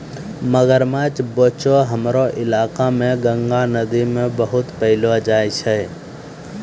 मगरमच्छ या बोचो हमरो इलाका मॅ गंगा नदी मॅ बहुत पैलो जाय छै